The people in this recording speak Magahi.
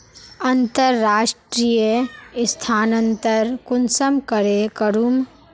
अंतर्राष्टीय स्थानंतरण कुंसम करे करूम?